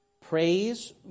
praise